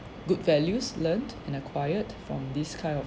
good values learnt and acquired from this kind of